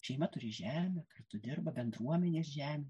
šeima turi žemę kartu dirba bendruomenės žemė